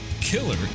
killer